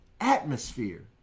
atmosphere